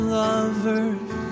lovers